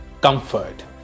comfort